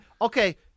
okay